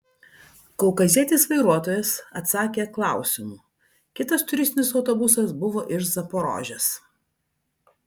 kaukazietis vairuotojas atsakė klausimu kitas turistinis autobusas buvo iš zaporožės